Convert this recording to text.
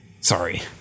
Sorry